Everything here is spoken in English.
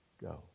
go